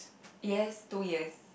yes two years